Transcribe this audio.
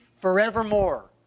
forevermore